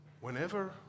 whenever